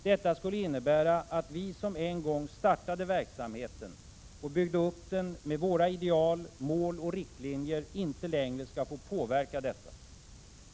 Detta skulle innebära att vi som en gång startade verksamheten och byggde upp den med våra ideal, mål och riktlinjer inte längre ska få påverka detta.